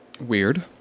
Weird